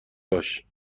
باش